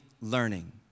learning